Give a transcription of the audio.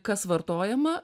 kas vartojama